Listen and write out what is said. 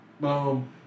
Boom